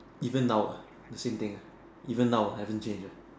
even now uh the same thing uh even now haven't change ah